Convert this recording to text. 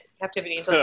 captivity